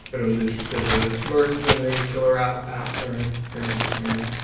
anyone's interested the smurfs in the killer app apps are very entertaining.